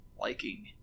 liking